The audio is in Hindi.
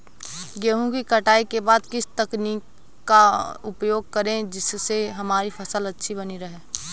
गेहूँ की कटाई के बाद किस तकनीक का उपयोग करें जिससे हमारी फसल अच्छी बनी रहे?